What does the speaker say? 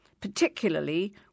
particularly